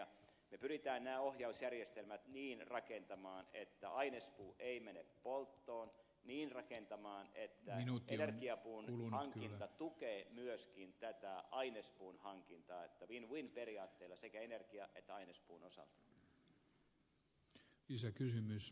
me pyrimme nämä ohjausjärjestelmät niin rakentamaan että ainespuut eivät mene polttoon niin rakentamaan että energiapuun hankinta tukee myöskin tätä ainespuun hankintaa win win periaattella sekä energian että ainespuun osalta